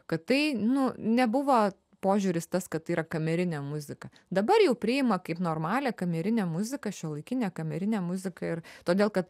kad tai nu nebuvo požiūris tas kad tai yra kamerinė muzika dabar jau priima kaip normalią kamerinę muziką šiuolaikinę kamerinę muziką ir todėl kad